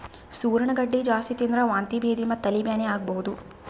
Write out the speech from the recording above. ಸೂರಣ ಗಡ್ಡಿ ಜಾಸ್ತಿ ತಿಂದ್ರ್ ವಾಂತಿ ಭೇದಿ ಮತ್ತ್ ತಲಿ ಬ್ಯಾನಿ ಆಗಬಹುದ್